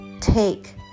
take